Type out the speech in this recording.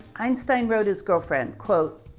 einstein wrote his girlfriend quote,